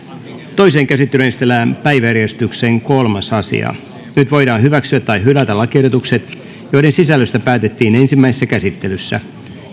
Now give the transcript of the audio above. toiseen käsittelyyn esitellään päiväjärjestyksen kolmas asia nyt voidaan hyväksyä tai hylätä lakiehdotukset joiden sisällöstä päätettiin ensimmäisessä käsittelyssä